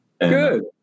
Good